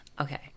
okay